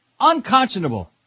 Unconscionable